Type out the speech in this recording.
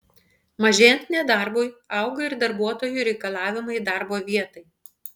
mažėjant nedarbui auga ir darbuotojų reikalavimai darbo vietai